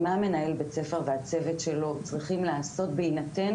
מה מנהל בית ספר והצוות שלו צריכים לעשות בהינתן